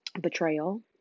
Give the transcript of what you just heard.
betrayal